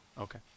okay